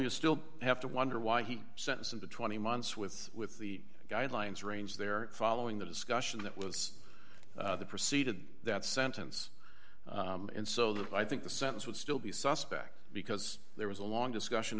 you still have to wonder why he sentenced him to twenty months with with the guidelines range there following the discussion that was preceded that sentence in so that i think the sentence would still be suspect because there was a long discussion